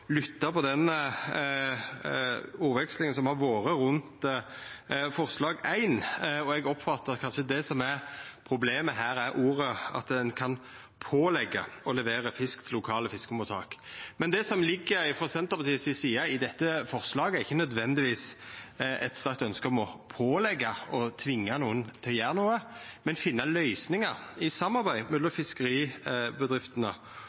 lytta til den ordvekslinga som har vore om forslag nr. 1, og eg oppfattar at det som kanskje er problemet, er formuleringa om at ein «kan pålegges å levere fisk til lokale fiskemottak». Det som ligg i dette forslaget, frå Senterpartiets side, er ikkje nødvendigvis eit sterkt ønske om å påleggja eller tvinga nokon til å gjera noko, men å finna løysingar i eit samarbeid mellom